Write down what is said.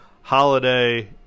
Holiday